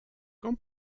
qu’en